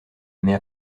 mais